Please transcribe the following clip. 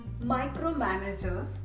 micromanagers